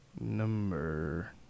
number